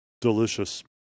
delicious